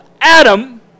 Adam